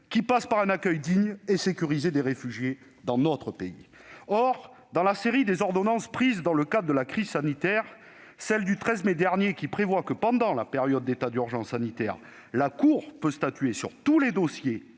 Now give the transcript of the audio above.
qui passe par un accueil digne et sécurisé des réfugiés dans notre pays. Or, dans la série des ordonnances prises dans le cadre de la crise sanitaire, celle du 13 mai dernier prévoit que, pendant la période d'état d'urgence sanitaire, la Cour peut statuer sur tous les dossiers